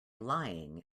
lying